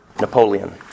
Napoleon